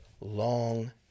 long